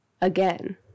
again